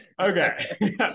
Okay